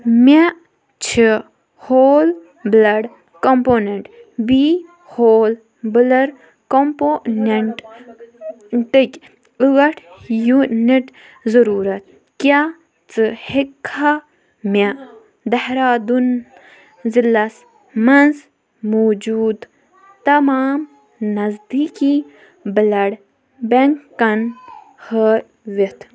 مےٚ چھِ whole blood component بی ہول بٕلر کمپونیٚٹٕک ٲٹھ یوٗنٹ ضروٗرت، کیٛاہ ژٕ ہیٚکھا مےٚ دہرادُن ضلعس مَنٛز موٗجوٗد تمام نزدیٖکی بلڈ بینکن ہٲوِتھ؟